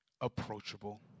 approachable